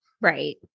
Right